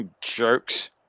Jerks